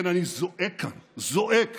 כן, אני זועק כאן, זועק